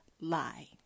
lie